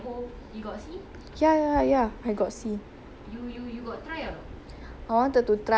I wanted to try ah but knowing me ah my jialat hand confirm cannot make it [one] did you try